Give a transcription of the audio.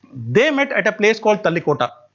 they met at a place called talikota,